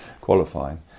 qualifying